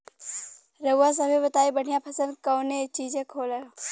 रउआ सभे बताई बढ़ियां फसल कवने चीज़क होखेला?